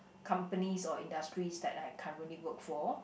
companies or industries that I currently work for